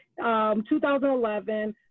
2011